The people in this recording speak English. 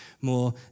more